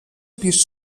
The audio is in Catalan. pis